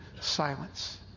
silence